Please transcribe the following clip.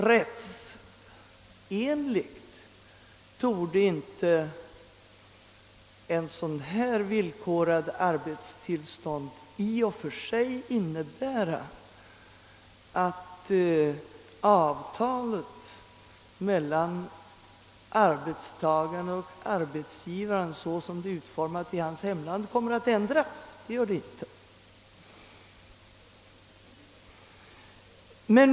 Rättsenligt torde inte ett sådant villkorligt arbetstillstånd i och för sig innebära att avtalet mellan arbetstagaren och arbetsgivaren, såsom det är utformat i hemlandet, kommer att ändras.